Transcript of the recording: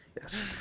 Yes